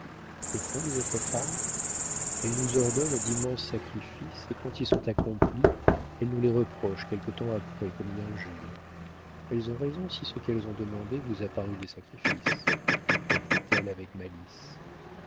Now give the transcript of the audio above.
que font les autres femmes elles nous ordonnent d'immenses sacrifices et quand ils sont accomplis elles nous les reprochent quelque temps après comme une injure elles ont raison si ce qu'elles ont demandé vous a paru des sacrifices reprit-elle avec malice